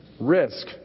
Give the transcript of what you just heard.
Risk